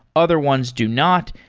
other ones do not.